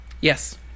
Yes